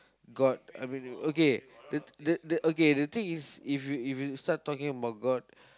god I mean you okay the the the okay thing is if you if you start talking about god